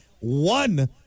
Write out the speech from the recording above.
One